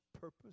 purpose